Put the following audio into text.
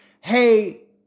hey